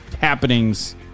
happenings